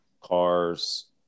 cars